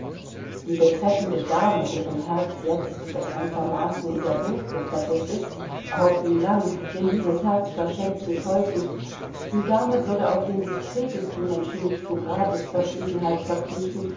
die betreffende dame deren herz jetzt bekanntermaßen in der burg gefesselt ist auf wie lang denn dieses herz verschenkt sich häufig die dame würde auch den diskretesten menschen nicht zu grabesverschwiegenheit verpflichten